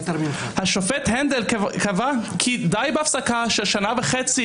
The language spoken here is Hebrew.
השופט הנדל קבע כי די בהפסקה של שנה וחצי